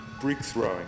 brick-throwing